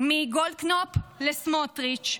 מגולדקנופ לסמוטריץ',